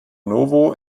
novo